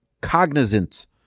cognizant